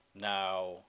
Now